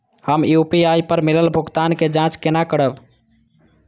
हम यू.पी.आई पर मिलल भुगतान के जाँच केना करब?